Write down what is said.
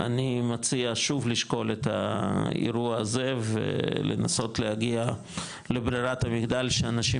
אני מציע שוב לשקול את האירוע הזה ולנסות להגיע לברירת המחדל שאנשים